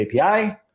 API